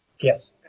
Yes